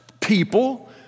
people